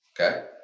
Okay